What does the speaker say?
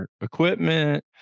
equipment